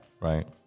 Right